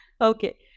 Okay